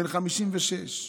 בן 56,